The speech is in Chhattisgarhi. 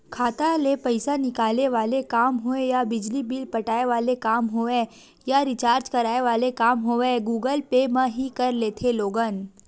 खाता ले पइसा निकाले वाले काम होय या बिजली बिल पटाय वाले काम होवय या रिचार्ज कराय वाले काम होवय गुगल पे म ही कर लेथे लोगन